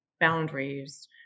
Boundaries